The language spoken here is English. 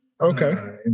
Okay